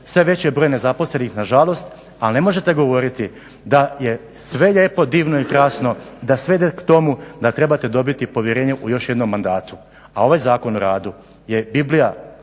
Sve je veći broj nezaposlenih nažalost ali ne možete govoriti da je sve lijepo, divno i krasno, da sve ide k tomu da trebate dobiti povjerenje u još jednom mandatu, a ovaj Zakon o radu je biblija